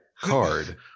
Card